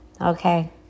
Okay